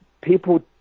people